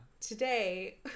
Today